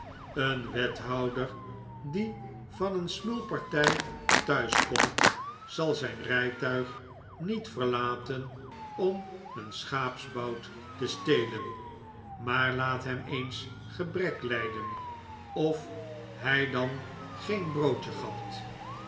een wethouder die van een smulpartij thuis komt zal zijn rijtuig niet verlaten om een schaapsbout te stelen maar laat hem eens gebrek lijden of hij dan geen broodje gapt